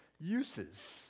uses